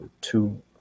two